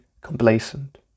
complacent